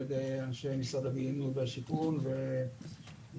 ידי אנשי משרד הבינוי והשיכון ועינת.